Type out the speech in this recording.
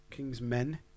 Kingsmen